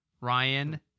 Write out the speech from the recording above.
Ryan